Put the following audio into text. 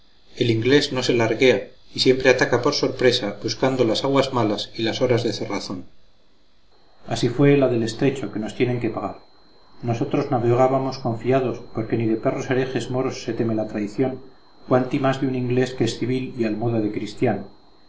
el inglés no se larguea y siempre ataca por sorpresa buscando las aguas malas y las horas de cerrazón así fue la del estrecho que nos tienen que pagar nosotros navegábamos confiados porque ni de perros herejes moros se teme la traición cuantimás de un inglés que es civil y al modo de cristiano